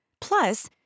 Plus